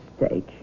mistake